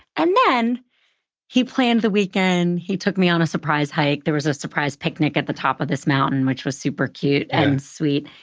and then he planned the weekend, he took me on a surprise hike. there was a surprise picnic at the top of this mountain, which was super cute and sweet.